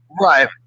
Right